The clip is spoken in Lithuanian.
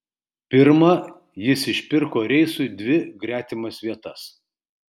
pirma jis išpirko reisui dvi gretimas vietas